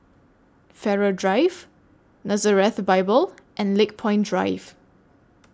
Farrer Drive Nazareth Bible and Lakepoint Drive